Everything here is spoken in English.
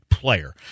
player